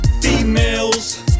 females